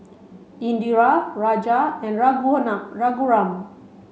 Indira Raja and Raghuram